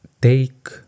take